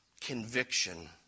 conviction